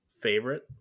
favorite